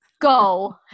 Go